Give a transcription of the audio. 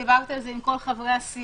דיברתי על זה עם כל חברי הסיעה,